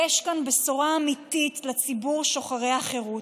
יש כאן בשורה אמיתית לציבור שוחרי החירות.